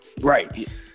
Right